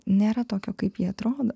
nėra tokio kaip ji atrodo